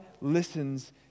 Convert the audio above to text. listens